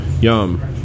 Yum